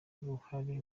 uruhare